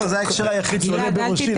זה ההקשר היחיד שעולה בראשי,